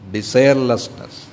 Desirelessness।